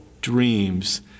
dreams